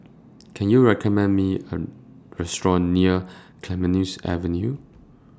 Can YOU recommend Me A Restaurant near Clemenceau Avenue